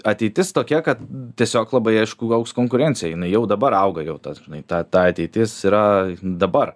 ateitis tokia kad tiesiog labai aišku augs konkurencija jinai jau dabar auga jau ta žinai ta ta ateitis yra dabar